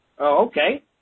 Okay